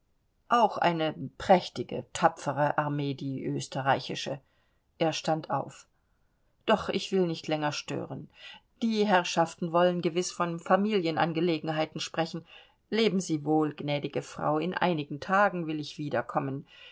auch eine prächtige tapfere armee die österreichische er stand auf doch ich will nicht länger stören die herrschaften wollen gewiß von familienangelegenheiten sprechen leben sie wohl gnädige frau in einigen tagen will ich